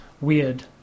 weird